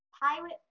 Pirate